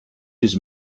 his